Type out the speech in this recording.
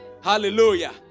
Hallelujah